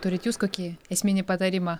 turit jūs kokį esminį patarimą